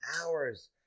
hours